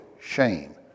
shame